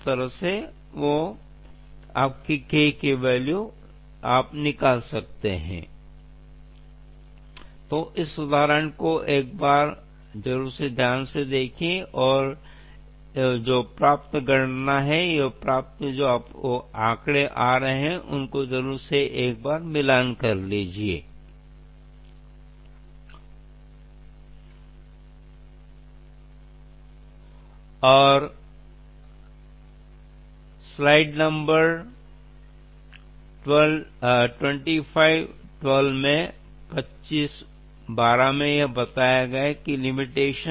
दिखाए गए उदाहरण को ध्यान से देखें और गणना प्राप्त देखें शेड्यूल का विस्तार करने के लिए अत्यधिक इनाम यदि आप शेड्यूल का विस्तार कर सकते हैं तो आपका लाभ अधिक होगा और आपको अधिक लाभ मिलेगा